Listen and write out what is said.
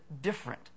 different